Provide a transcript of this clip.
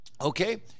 Okay